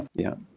yeah.